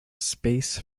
space